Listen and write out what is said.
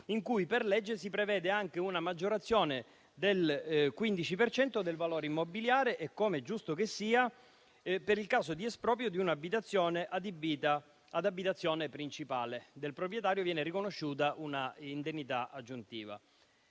con cui per legge si prevede anche una maggiorazione del 15 per cento del valore immobiliare. Come è giusto che sia, per il caso di esproprio di un immobile adibita ad abitazione principale, al proprietario viene riconosciuta una indennità aggiuntiva.